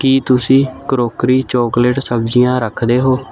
ਕੀ ਤੁਸੀਂ crockery chocolate ਸਬਜ਼ੀਆਂ ਰੱਖਦੇ ਹੋ